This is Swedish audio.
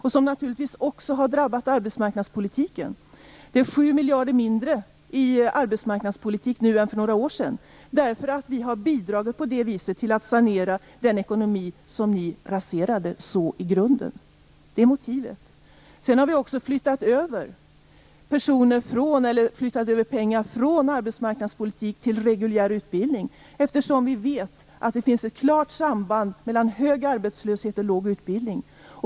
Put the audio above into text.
Den har naturligtvis drabbat även arbetsmarknadspolitiken. Det finns 7 miljarder mindre för arbetsmarknadspolitiken nu än vad det fanns för några år sedan. På det viset har vi bidragit till att sanera den ekonomi som ni raserade så i grunden. Det är motivet. Sedan har vi flyttat över pengar från arbetsmarknadspolitik till reguljär utbildning. Det finns ett klart samband mellan hög arbetslöshet och låg utbildning.